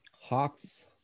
Hawks